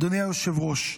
אדוני היושב-ראש,